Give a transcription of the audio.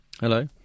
hello